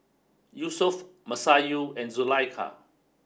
Yusuf Masayu and Zulaikha